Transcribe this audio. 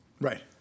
Right